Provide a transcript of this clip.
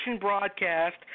broadcast